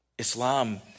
Islam